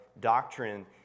doctrine